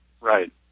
Right